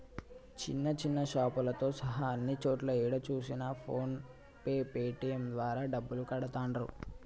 చిన్న చిన్న షాపులతో సహా అన్ని చోట్లా ఏడ చూసినా ఫోన్ పే పేటీఎం ద్వారా డబ్బులు కడతాండ్రు